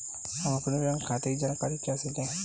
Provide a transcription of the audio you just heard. हम अपने बैंक खाते की जानकारी कैसे लें?